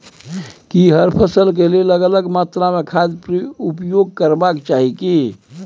की हर फसल के लेल अलग अलग मात्रा मे खाद उपयोग करबाक चाही की?